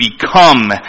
become